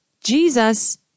Jesus